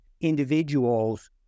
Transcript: individuals